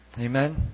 Amen